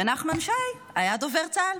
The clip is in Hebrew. ונחמן שי היה דובר צה"ל.